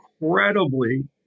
incredibly